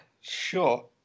sure